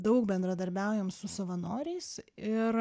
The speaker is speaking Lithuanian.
daug bendradarbiaujam su savanoriais ir